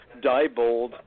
Diebold